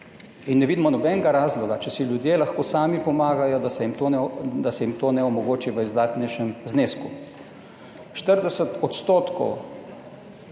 Ne vidimo nobenega razloga, če si ljudje lahko sami pomagajo, da se jim to, da se jim to ne omogoči v izdatnejšem znesku. 40 odstotkov